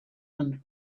and